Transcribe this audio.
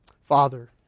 Father